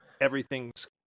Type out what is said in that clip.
everything's